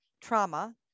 Trauma